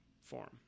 form